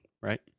right